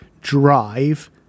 drive